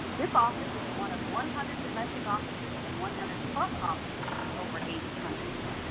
this office is one of one hundred domestic offices and one hundred plus offices in over eighty countries.